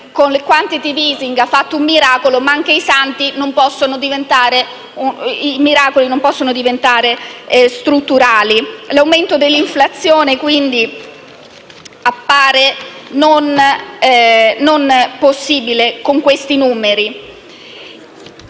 con il *quantitative easing* ha fatto un miracolo, ma i miracoli non possono diventare strutturali. L'aumento dell'inflazione, quindi, appare non possibile con questi numeri.